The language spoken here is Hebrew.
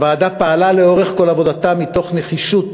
הוועדה פעלה לאורך כל עבודתה מתוך נחישות